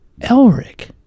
Elric